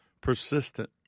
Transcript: persistent